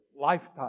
lifetime